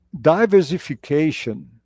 diversification